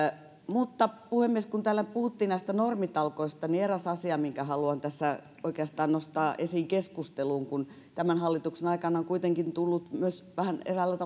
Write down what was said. mutta puhemies kun täällä puhuttiin näistä normitalkoista niin on eräs asia minkä haluan tässä oikeastaan nostaa esiin keskusteluun kun tämän hallituksen aikana on kuitenkin tullut myös eräällä tavalla vähän